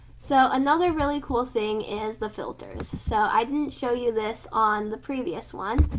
so another really cool thing is the filters, so i didn't show you this on the previous one,